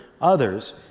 others